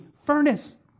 furnace